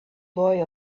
boy